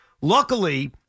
Luckily